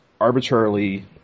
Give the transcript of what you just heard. arbitrarily